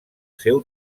seu